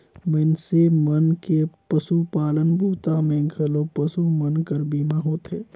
मइनसे मन के पसुपालन बूता मे घलो पसु मन कर बीमा होथे